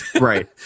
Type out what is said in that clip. Right